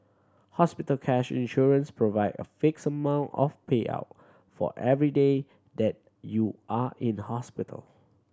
hospital cash insurance provide a fixed amount of payout for every day that you are in hospital